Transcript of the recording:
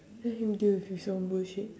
let him deal with his own bullshit